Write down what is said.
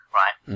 right